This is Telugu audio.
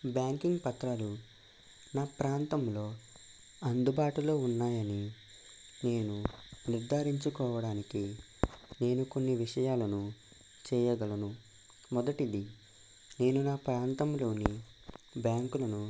బ్యాంకింగ్ పత్రాలు నా ప్రాంతంలో అందుబాటులో ఉన్నాయని నేను నిర్ధారించుకోవడానికి నేను కొన్ని విషయాలను చేయగలను మొదటిది నేను నా ప్రాంతంలోని బ్యాంకులను